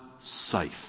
safe